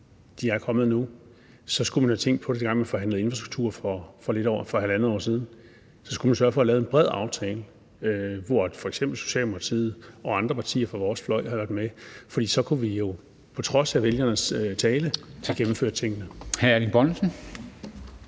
de er kommet nu, så skulle man have tænkt på det, dengang man forhandlede infrastruktur for halvandet år siden; så skulle man have sørget for at lave en bred aftale, hvor f.eks. Socialdemokratiet og andre partier fra vores fløj havde været med. For så kunne vi jo på trods af vælgernes tale have gennemført tingene.